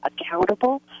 Accountable